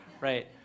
right